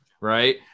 right